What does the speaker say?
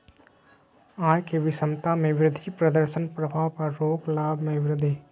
आय के विषमता में वृद्धि प्रदर्शन प्रभाव पर रोक लाभ में वृद्धि